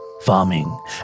Farming